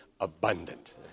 abundant